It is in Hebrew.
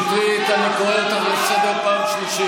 חברת הכנסת שטרית, אני קורא אותך לסדר פעם שלישית.